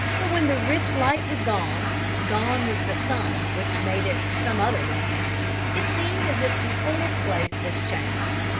but when the rich light was gone gone with the sun which made it to some other land it seemed as if the whole place was changed.